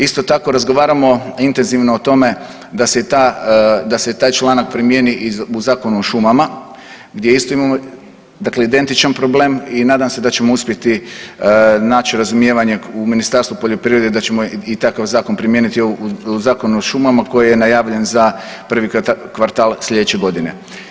Isto tako razgovaramo intenzivno o tome da se taj članak primjeni i u Zakonu o šumama gdje isto imamo identičan problem i nadam se da ćemo uspjeti naći razumijevanje u Ministarstvu poljoprivrede i da ćemo i takav zakon primijeniti u Zakon o šumama koji je najavljen za prvi kvartal slijedeće godine.